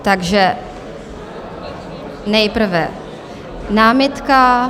Takže nejprve námitka.